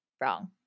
wrong